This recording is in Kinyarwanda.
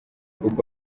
kandi